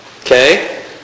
Okay